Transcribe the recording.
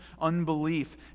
unbelief